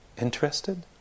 Interested